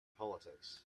politics